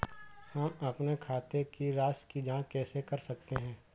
हम अपने खाते की राशि की जाँच कैसे कर सकते हैं?